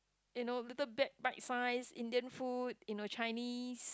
you know little bat bite size Indian food you know Chinese